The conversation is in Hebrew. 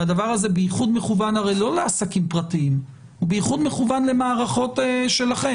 הדבר הזה בייחוד מכוון לא לעסקים פרטיים אלא למערכות שלכם.